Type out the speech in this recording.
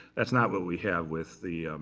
that's not what we have with the